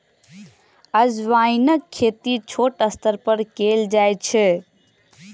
अजवाइनक खेती छोट स्तर पर कैल जाइ छै